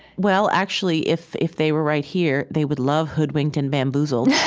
well, actually, if if they were right here, they would love hoodwinked and bamboozled. yes.